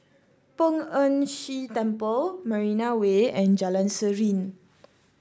Poh Ern Shih Temple Marina Way and Jalan Serene